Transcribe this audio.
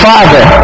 Father